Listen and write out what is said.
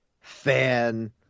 fan